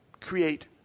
create